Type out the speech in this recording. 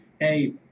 hey